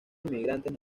inmigrantes